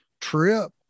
trip